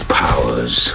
powers